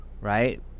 right